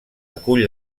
acull